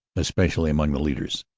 especially among the leaders.